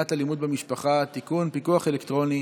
למניעת אלימות במשפחה (תיקון, פיקוח אלקטרוני